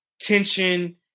tension